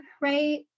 right